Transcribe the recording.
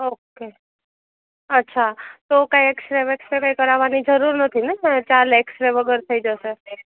okay અચ્છા તો કાંઈ એક્સ રે વેક્સ રે કરાવવાની જરૂર નથી ને ચાલે એક્સ રે વગર થઈ જશે